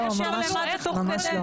ממש לא.